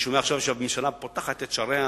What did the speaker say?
אני שומע עכשיו שהממשלה פותחת את שעריה.